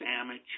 amateur